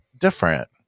different